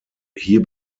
hier